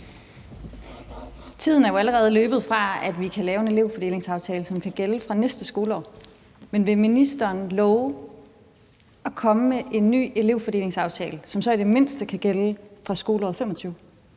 Tiden er jo allerede løbet fra, at vi kan lave en elevfordelingsaftale, som kan gælde fra næste skoleår. Men vil ministeren love at komme med en ny elevfordelingsaftale, som så i det mindste kan gælde fra skoleåret 2025?